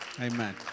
amen